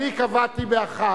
אני קבעתי ב-13:00,